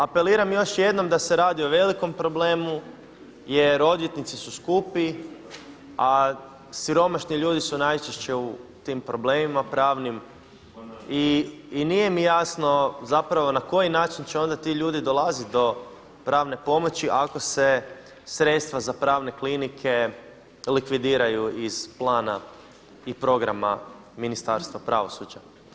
Apeliram još jednom da se radi o velikom problemu jer odvjetnici su skupi, a siromašni ljudi su najčešće u tim problemima pravnim i nije mi jasno zapravo na koji način će onda ti ljudi dolaziti do pravne pomoći ako se sredstva za pravne klinike likvidiraju iz plana i programa Ministarstva pravosuđa.